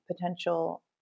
potential